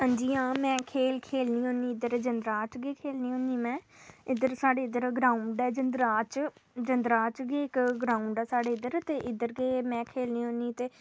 हांजी हां में खेल खेलनी होन्नीं इद्धर जिदंराह च गै खैलनी होन्नी में इद्धर साढ़े इद्धर ग्राउंड ऐ जिन्द्राह च गै ग्रांउड ऐ साढ़े इधर ते इद्धर गै में खेलनी होन्नीं